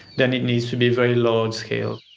then it needs to be very large-scale.